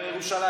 5,